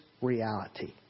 reality